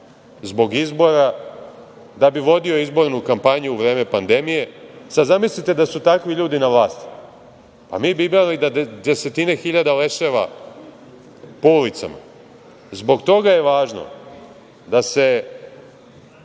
zbog izbora, da bi vodio izbornu kampanju u vreme pandemije, zamislite da su takvi ljudi na vlasti. Pa, mi bi imali na desetine hiljada leševa po ulicama. Zbog toga je važno da se